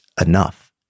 enough